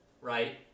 right